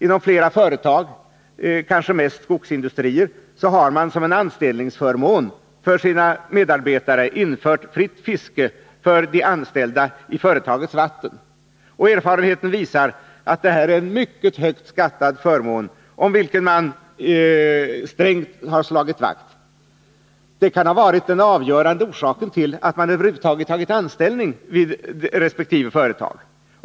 Inom flera företag, kanske mest skogsindustrier, har man som en anställningsförmån för sina medarbetare infört fritt fiske i företagets vatten. Erfarenheten visar att det är en mycket högt skattad förmån, om vilken man strängt har slagit vakt. Den kan ha varit den avgörande orsaken till att man över huvud tagit anställning hos resp. företag.